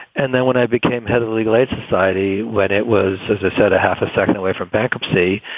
and then when i became head of the legal aid society, when it was, as i said, a half a second away from bankruptcy.